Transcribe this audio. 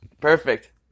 perfect